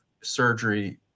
surgery